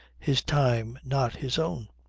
his time not his own.